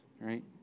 right